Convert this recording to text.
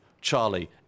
Charlie